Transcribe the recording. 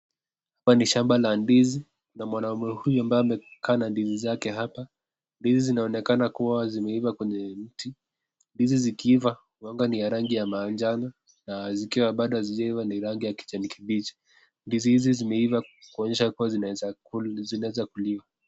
Hapa ni shamba la ndizi na mwanaume huyu ambaye amekaa na ndizi zake hapa. Ndizi zinaonekana kua zimeiva kwenye mti, ndizi zikiiva huwanga niya rangi ya manjano na kama bado hazijaiva niya rangi ya kijani kibichi. Ndizi hizi zimeiva kuonyesha kua zinaweza kuliwa.